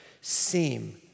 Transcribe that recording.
seem